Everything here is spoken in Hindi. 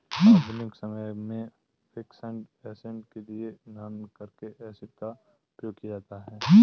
आधुनिक समय में फिक्स्ड ऐसेट के लिए नॉनकरेंट एसिड का प्रयोग किया जाता है